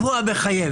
שהוא המחייב.